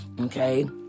Okay